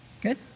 Good